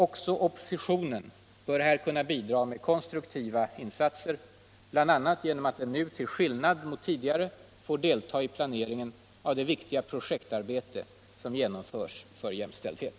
Också oppositionen bör här kunna bidra med konstruktiva insatser, bl.a. genom att den nu till skillnad mot tidigare får delta i planeringen av det viktiga projektarbete som genomförs för jämställdhet.